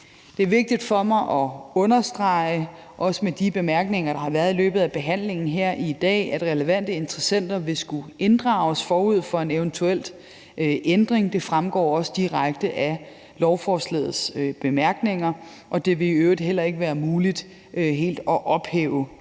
Det er vigtigt for mig at understrege, også med de bemærkninger, der har været i løbet af behandlingen her i dag, at relevante interessenter vil skulle inddrages forud for en eventuel ændring. Det fremgår også direkte af lovforslagets bemærkninger. Og det vil i øvrigt heller ikke være muligt helt at ophæve